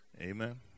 Amen